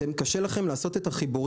זה אבסורד שלקוח נאלץ לגשת לבנק,